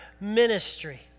ministry